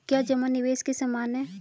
क्या जमा निवेश के समान है?